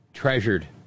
treasured